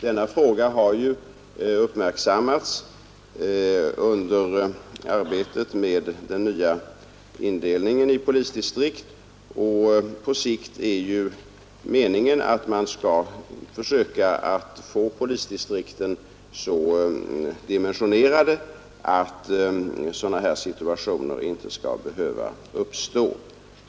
Denna fråga har uppmärksammats under arbetet med den nya indelningen i polisdistrikt, och på lång sikt är det meningen att man skall försöka få polisdistrikten så dimensionerade att situationer av detta slag inte skall behöva uppstå.